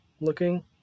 looking